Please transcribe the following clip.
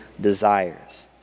desires